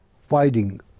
fighting